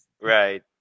right